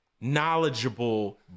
knowledgeable